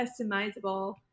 customizable